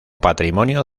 patrimonio